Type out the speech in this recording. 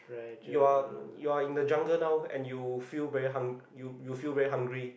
you are you are in a jungle now and you feel very hung~ you you feel very hungry